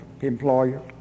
employer